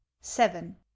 seven